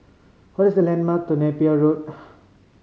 what is the landmark near Napier Road